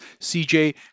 CJ